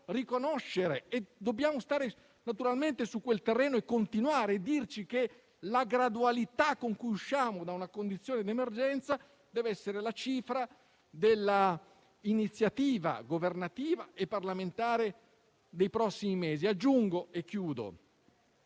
riconoscere. Dobbiamo stare su quel terreno, continuare e dirci che la gradualità con cui usciamo da una condizione di emergenza deve essere la cifra dell'iniziativa governativa e parlamentare dei prossimi mesi. Mi avvio